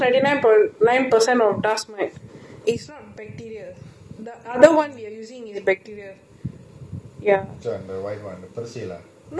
ya and this is how much like one scoop everytime litre of water I don't know how for these washing machine we measure ten litre of water